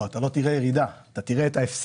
לא, אתה לא תראה ירידה, אתה תראה את ההפסד,